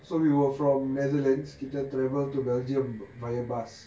so we were from netherlands kita travel to belgium via bus